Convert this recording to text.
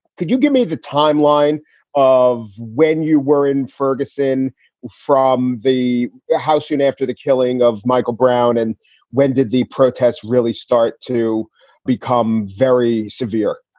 could you give me the timeline of when you were in ferguson from the house, you know, after the killing of michael brown and when did the protests really start to become very severe?